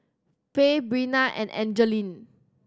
Fay Breana and Angeline